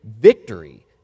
victory